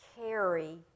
carry